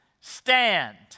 stand